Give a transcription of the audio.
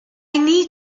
need